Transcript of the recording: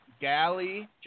Galley